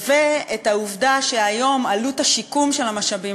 ואת העובדה שהיום עלות השיקום של המשאבים